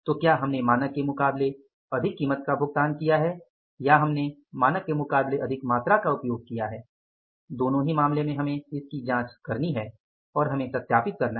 तो क्या हमने मानक के मुकाबले अधिक कीमत का भुगतान किया है या हमने मानक के मुकाबले अधिक मात्रा का उपयोग किया है दोनों ही मामलों में हमें इसकी जांच करनी है और हमें सत्यापित करना है